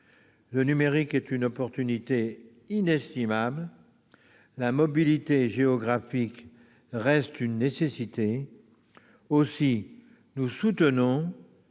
Le numérique est une opportunité inestimable. La mobilité géographique reste une nécessité. Aussi, madame